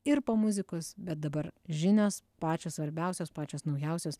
ir po muzikos bet dabar žinios pačios svarbiausios pačios naujausios